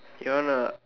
you wanna